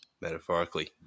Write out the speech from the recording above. metaphorically